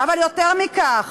אבל יותר מכך,